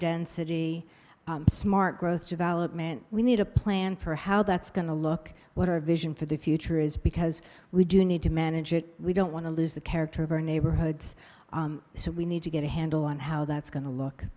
density smart growth development we need a plan for how that's going to look what our vision for the future is because we do need to manage it we don't want to lose the character of our neighborhoods so we need to get a handle on how that's going to look